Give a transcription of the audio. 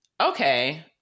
okay